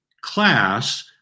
class